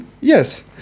Yes